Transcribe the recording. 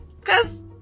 Cause